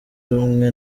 rumwe